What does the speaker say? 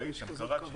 ראיתם, קראתם.